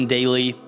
Daily